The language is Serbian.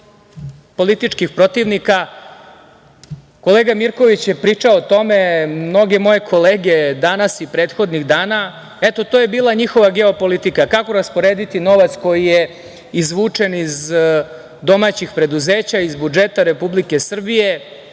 političkih protivnika, kolega Mirković je pričao o tome, mnoge moje kolege danas i prethodnih dana, eto, to je bila njihova geopolitika – kako rasporediti novac koji je izvučen iz domaćih preduzeća, iz budžeta Republike Srbije,